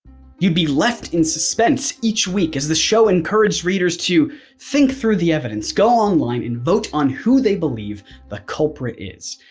you'd be left in suspense each week as the show encouraged readers to think through the evidence, go online, and vote on who they believe the culprit is.